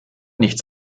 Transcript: nichts